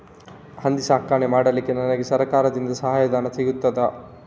ಹಂದಿ ಸಾಕಾಣಿಕೆ ಮಾಡಲಿಕ್ಕೆ ನನಗೆ ಸರಕಾರದಿಂದ ಸಹಾಯಧನ ಸಿಗುತ್ತದಾ?